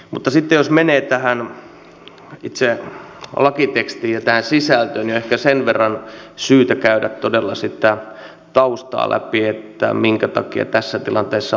mutta sitten jos menee tähän itse lakitekstiin ja tähän sisältöön niin on ehkä sen verran syytä käydä todella sitä taustaa läpi että minkä takia tässä tilanteessa ollaan